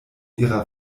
ihrer